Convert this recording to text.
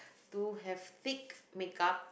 to have thick makeup